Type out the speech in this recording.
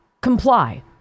comply